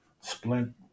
splint